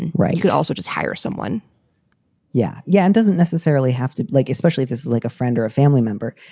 and right. could also just hire someone yeah. yeah. doesn't necessarily have to like especially if it's like a friend or a family member.